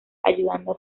ayudando